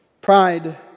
Pride